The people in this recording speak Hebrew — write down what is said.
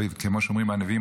כמו שאומרים הנביאים,